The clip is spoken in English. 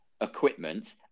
equipment